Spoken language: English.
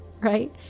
right